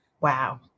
Wow